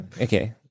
Okay